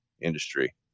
industry